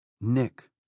Nick